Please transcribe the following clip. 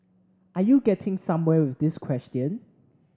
are you getting somewhere with this question